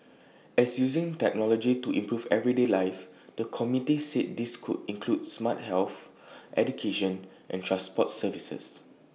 as using technology to improve everyday life the committee said this could include smart health education and transport services